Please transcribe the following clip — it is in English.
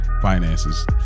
finances